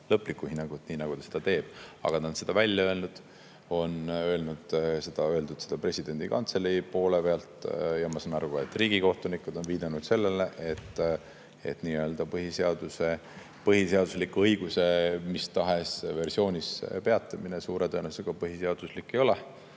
lõpliku hinnangu, nii nagu ta seda teeb, aga ta on seda välja öelnud –, seda on öeldud presidendi kantselei poole pealt ja ma saan aru, et ka riigikohtunikud on viidanud sellele, et põhiseadusliku õiguse mis tahes versioonis peatamine suure tõenäosusega põhiseaduslik ei ole.